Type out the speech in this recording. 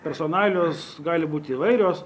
personalijos gali būti įvairios